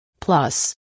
Plus